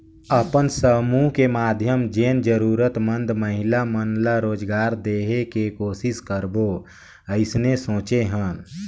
अपन समुह के माधियम जेन जरूरतमंद महिला मन ला रोजगार देहे के कोसिस करबो अइसने सोचे हन